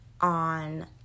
on